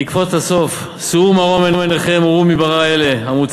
אני אקפוץ לסוף: "שאו מרום עיניכם וראו מי ברא אלה המוציא